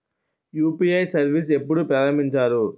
UPI service ఎప్పుడు ప్రారంభించారు?